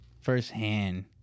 firsthand